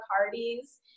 parties